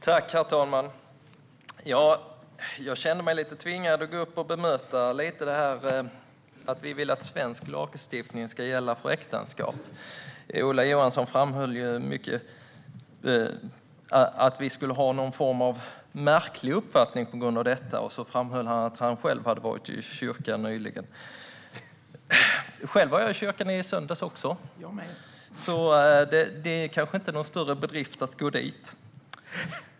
Herr talman! Jag känner mig tvingad att gå upp och lite grann bemöta det som sägs om att vi vill att svensk lagstiftning ska gälla för äktenskap. Ola Johansson framhöll att vi skulle ha någon märklig uppfattning på grund av detta. Han framhöll också att han själv hade varit i kyrkan nyligen. Jag var i kyrkan i söndags. Det är kanske inte någon större bedrift att gå dit.